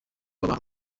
bahawe